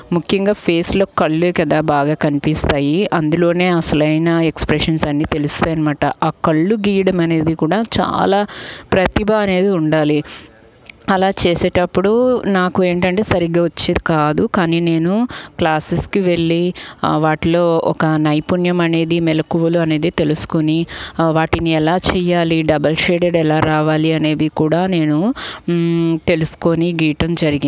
ముఖ్యంగా ఫేస్లో కళ్ళే కదా బాగా కనిపిస్తాయి అందులో అసలైన ఎక్స్ప్రెషన్స్ అన్నీ తెలుస్తాయి అన్నమాట ఆ కళ్ళు గీయడం అనేది కూడా చాలా ప్రతిభ అనేది ఉండాలి అలా చేసేటప్పుడు నాకు ఏంటంటే సరిగా వచ్చేది కాదు కానీ నేను క్లాసెస్కి వెళ్ళి ఆ వాటిలో ఒక నైపుణ్యం అనేది మెలకువలు అనేది తెలుసుకుని వాటిని ఎలా చేయాలి డబల్ షెడెడ్ ఎలా రావాలి అనేది కూడా నేను తెలుసుకుని గీయటం జరిగింది